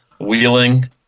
wheeling